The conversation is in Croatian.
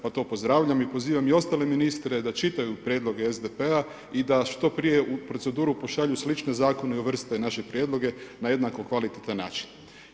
Pa to pozdravljam i pozivam i ostale ministre da čitaju prijedloge SDP-a i da što prije u proceduru pošalju slične zakone i uvrste naše prijedloge na jednako kvalitetan način.